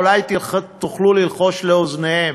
אולי תוכלו ללחוש לאוזניהם: